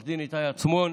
עו"ד איתי עצמון,